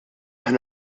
aħna